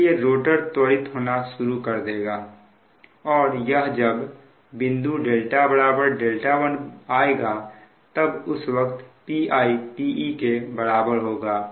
इसलिए रोटर त्वरित होना शुरू कर देगा और यह जब बिंदु δ δ1 आएगा तब उस वक्त Pi Pe के बराबर होगा